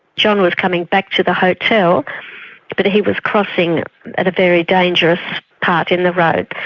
john was coming back to the hotel but he was crossing at a very dangerous part in the road,